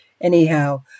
Anyhow